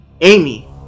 Amy